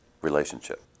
relationship